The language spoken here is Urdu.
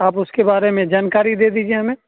آپ اس کے بارے میں جانکاری دے دیجیے ہمیں